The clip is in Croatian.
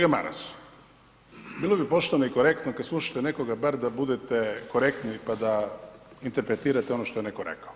Kolega Maras, bilo bi pošteno i korektno kada slušate nekoga bar da budete korektni pa da interpretirate ono što je neko rekao.